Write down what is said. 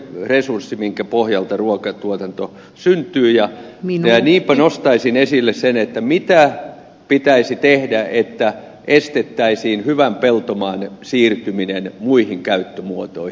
se on se resurssi minkä pohjalta ruokatuotanto syntyy ja niinpä nostaisin esille sen mitä pitäisi tehdä että estettäisiin hyvän peltomaan siirtyminen muihin käyttömuotoihin